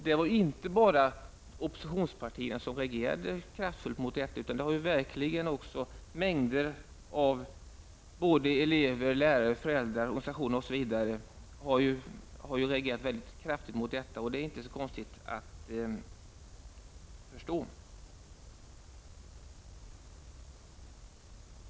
Det var inte bara oppositionspartierna som reagerade kraftfullt mot detta. Också många elever, lärare, föräldrar och organisationer har reagerat mycket kraftigt mot detta. Det är inte så konstigt och inte svårt att förstå.